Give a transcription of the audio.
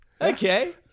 Okay